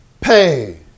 pay